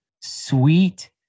sweet